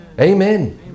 Amen